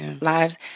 lives